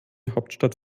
hauptstadt